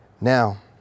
Now